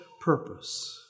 purpose